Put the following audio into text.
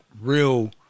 real